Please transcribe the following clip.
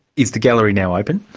is the gallery now open?